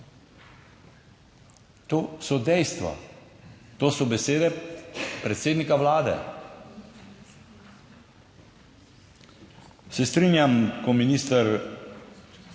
To so dejstva. To so besede predsednika vlade, se strinjam, ko minister